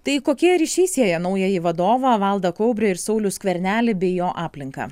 tai kokie ryšiai sieja naująjį vadovą valdą kaubrę ir saulių skvernelį bei jo aplinką